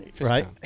right